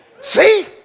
See